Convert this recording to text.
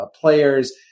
players